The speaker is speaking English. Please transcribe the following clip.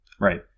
right